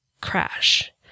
crash